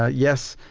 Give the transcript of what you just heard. ah yes.